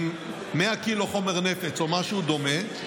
עם 100 קילו חומר נפץ או משהו דומה,